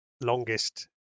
longest